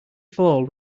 fall